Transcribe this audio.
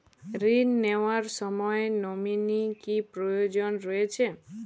ঋণ নেওয়ার সময় নমিনি কি প্রয়োজন রয়েছে?